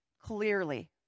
Clearly